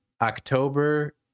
October